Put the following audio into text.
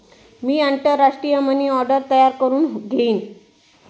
मी आंतरराष्ट्रीय money order तयार करुन घेईन